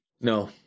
No